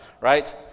right